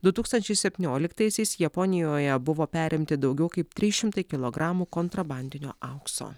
du tūkstančiai septynioliktaisiais japonijoje buvo perimti daugiau kaip trys šimtai kilogramų kontrabandinio aukso